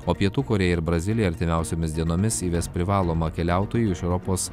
o pietų korėja ir brazilija artimiausiomis dienomis įves privalomą keliautojų iš europos